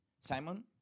Simon